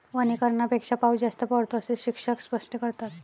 वनीकरणापेक्षा पाऊस जास्त पडतो, असे शिक्षक स्पष्ट करतात